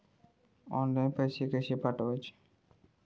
Online पैसे कशे पाठवचे?